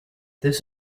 this